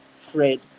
Fred